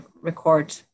record